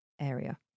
area